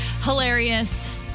Hilarious